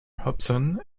hobson